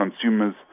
Consumers